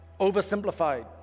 oversimplified